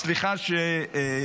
אז סליחה שהארכתי,